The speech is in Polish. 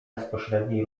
bezpośredniej